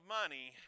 money